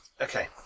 Okay